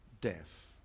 death